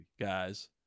guys